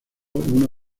una